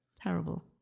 Terrible